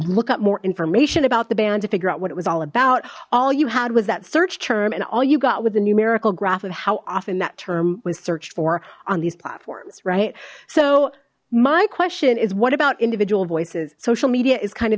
look up more information about the band to figure out what it was all about all you had was that search term and all you got with the numerical graph of how often that term was searched for on these platforms right so my question is what about individual voices social media is kind